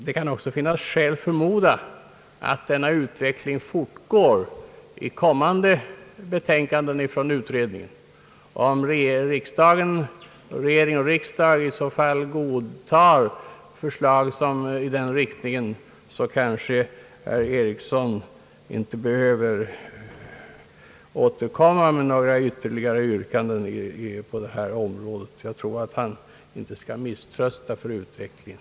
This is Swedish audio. Det kan också finnas skäl att förmoda att ytterligare förslag i denna riktning skall framläggas i kommande betänkanden från utredningen. Om regering och riksdag i så fall godtar dessa förslag kanske herr Eriksson inte behöver återkomma med några ytterligare yrkanden på detta område. Jag tror att han inte skall misströsta om utvecklingen.